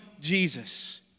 Jesus